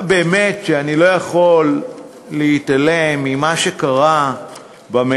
עכשיו, באמת, אני לא יכול להתעלם ממה שקרה במליאה